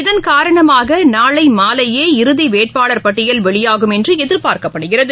இதன் காரணமாக நாளையே இறுதிவேட்பாளர் பட்டியல் வெளியாகும் என்றுஎதிர்பார்க்கப்படுகிறது